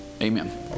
Amen